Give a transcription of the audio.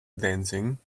dancing